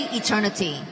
eternity